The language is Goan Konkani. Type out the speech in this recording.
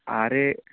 आरे